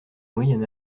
moyen